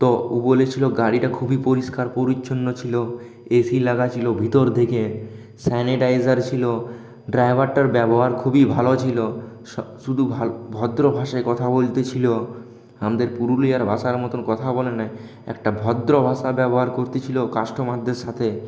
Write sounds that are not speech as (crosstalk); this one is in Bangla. তো ও বলেছিল গাড়িটা খুবই পরিষ্কার পরিচ্ছন্ন ছিল এ সি লাগা ছিল ভিতর দিকে স্যানিটাইজার ছিল ড্রাইভারটার ব্যবহার খুবই ভালো ছিল শুধু (unintelligible) ভদ্র ভাষায় কথা বলতেছিল আমাদের পুরুলিয়ার ভাষার মতন কথা বলে নাই একটা ভদ্র ভাষা ব্যবহার করতেছিল কাস্টমারদের সাথে